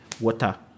water